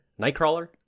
nightcrawler